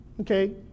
Okay